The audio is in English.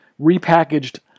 repackaged